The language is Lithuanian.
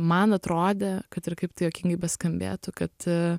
man atrodė kad ir kaip tai juokingai beskambėtų kad